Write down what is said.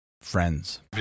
friends